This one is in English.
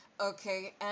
Okay